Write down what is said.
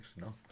no